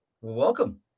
Welcome